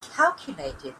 calculated